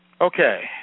Okay